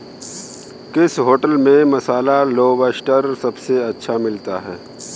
किस होटल में मसाला लोबस्टर सबसे अच्छा मिलता है?